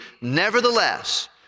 nevertheless